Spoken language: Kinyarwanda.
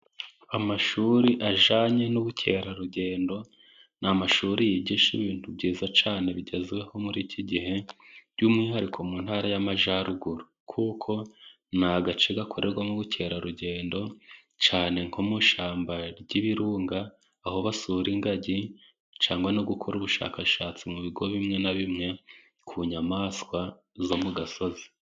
Amashuri ajyanye n'ubukerarugendo n'amashuri yigisha ibintu byiza cyane bigezweho muri iki gihe. By'umwihariko mu ntara y'Amajyaruguru, kuko ni agace gakorerwamo ubukerarugendo cyane nko mu ishyamba ry'ibirunga, aho basura ingagi cyangwa no gukora ubushakashatsi mu bigo bimwe na bimwe ku nyamaswa zo mu gasozi.